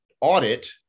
audit